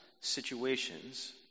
situations